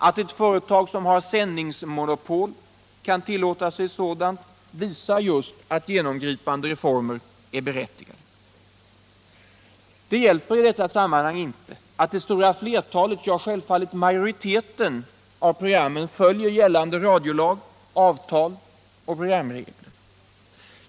Att ett företag som har sändningsmonopol kan tillåta sig sådant visar att genomgripande reformer är berättigade. Det hjälper i detta sammanhang inte att det stora flertalet, ja, självfallet majoriteten, program följer gällande radiolag, avtal och programregler.